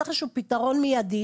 צריך איזשהו פתרון מיידי,